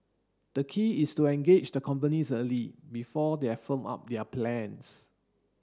the key is to engage the companies early before they have firmed up their plans